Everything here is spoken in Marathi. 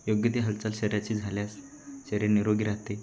योग्य ती हालचाल शरीराची झाल्यास शरीर निरोगी राहते